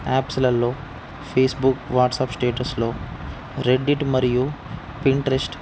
యాప్స్లలో Facebook WhatsApp స్టేటస్లో Reddit మరియు Pinterest